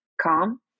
calm